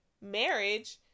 marriage